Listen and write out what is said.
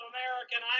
American